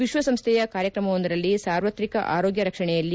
ವಿಶ್ವಸಂಸ್ವೆಯ ಕಾರ್ಯಕ್ರಮವೊಂದರಲ್ಲಿ ಸಾರ್ವತ್ರಿಕ ಆರೋಗ್ಯ ರಕ್ಷಣೆಯಲ್ಲಿ